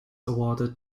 awarded